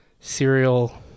serial